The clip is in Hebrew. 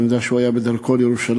ואני יודע שהוא היה בדרכו לירושלים,